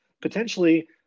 potentially